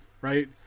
right